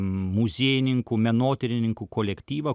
muziejininkų menotyrininkų kolektyvą